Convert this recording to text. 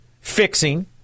fixing